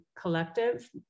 collective